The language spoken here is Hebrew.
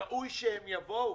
ראוי שהם יבואו.